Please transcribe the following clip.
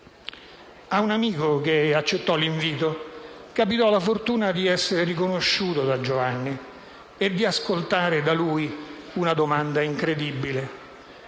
Ad un amico che accettò l'invito, capitò la fortuna di essere riconosciuto da Giovanni e di ascoltare da lui una domanda incredibile: